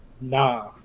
Nah